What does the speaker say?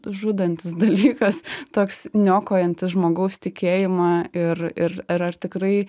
žudantis dalykas toks niokojantis žmogaus tikėjimą ir ir ar ar tikrai